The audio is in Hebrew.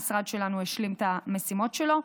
המשרד שלנו השלים את המשימות שלו,